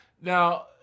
Now